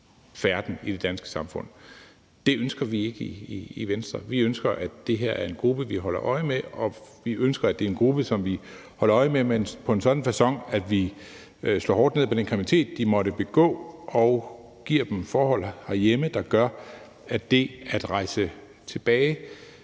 færden i det danske samfund. Det ønsker vi ikke i Venstre. Vi ønsker, at det her er en gruppe, vi holder øje med, og vi ønsker, at det er en gruppe, som vi holder øje med på en sådan facon, at vi slår hårdt ned på den kriminalitet, de måtte begå, og giver dem forhold herhjemme, der gør, at det at rejse tilbage